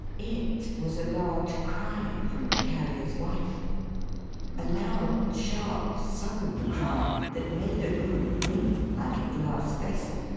it was a loud cry from the carrier's wife a loud, sharp, sudden cry, that made the room ring, like a glass vessel.